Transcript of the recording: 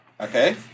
Okay